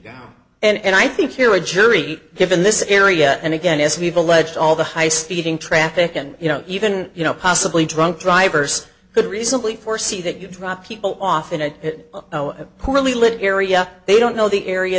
method and i think you're a jury given this area and again as we've alleged all the high speeding traffic and you know even you know possibly drunk drivers could reasonably foresee that you drop people off in a poorly lit area they don't know the area